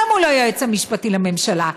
לא מול היועץ המשפטי לממשלה,